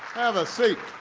have a seat.